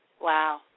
Wow